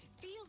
Feel